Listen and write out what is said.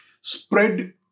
spread